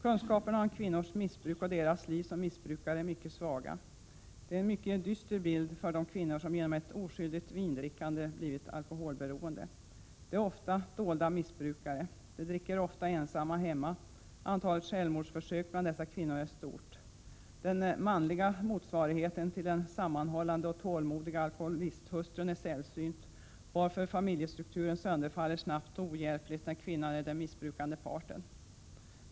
Kunskaperna om kvinnors missbruk och deras liv som missbrukare är mycket dåliga. Det är en mycket dyster bild för de kvinnor som genom ett oskyldigt vindrickande blivit alkoholberoende. De är ofta dolda missbrukare. De dricker ofta ensamma hemma. Antalet självmordsförsök bland dessa kvinnor är stort. Den manliga motsvarigheten till den sammanhållande och tålmodiga alholisthustrun är sällsynt, varför familjestrukturen sönderfaller snabbt och ohjälpligt när kvinnan är den missbrukande parten.